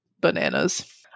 bananas